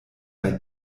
bei